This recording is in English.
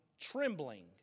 trembling